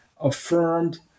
affirmed